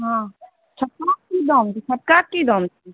हँ छक्का की दाम छै छक्का की दाम छै